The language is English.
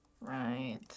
Right